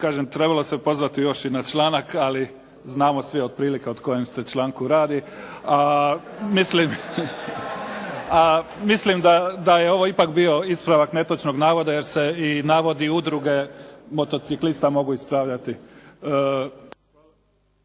trebala se pozvati još i na članak, ali znamo svi otprilike o kojem se članku radi. A mislim da je ovo ipak bio ispravak netočnog navoda, jer se i navodi Udruge motociklista mogu ispravljati.